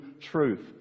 truth